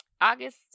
august